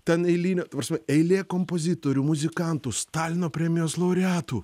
ten eilinio ta prasme eilė kompozitorių muzikantų stalino premijos laureatų